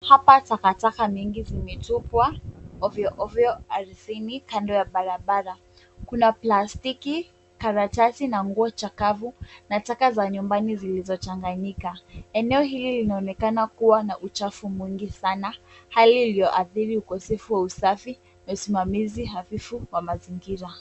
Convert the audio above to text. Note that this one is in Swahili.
Hapa takataka mingi zimetupwa ovyoovyo ardhini kando ya barabara. Kuna plastiki, karatasi na nguo chakavu na taka za nyumbani zilizochanganyika. Eneo hili linaoneka kuwa na uchafu mwingi sana, hali iliyoathiri ukosefu wa usafi na usimamizi hafifu wa mazingira.